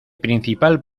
principal